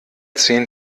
zehn